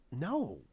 no